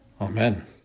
Amen